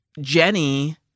Jenny